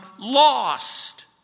lost